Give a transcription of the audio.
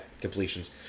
completions